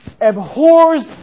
abhors